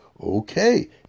okay